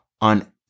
on